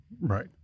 Right